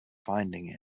finding